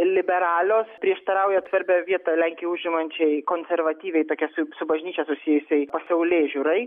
liberalios prieštarauja svarbią vietą lenkijoj užimančiai konservatyviai tokia su su bažnyčia susijusiai pasaulėžiūrai